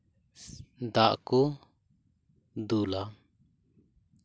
ᱫᱟᱜ ᱠᱚ ᱫᱩᱞᱟ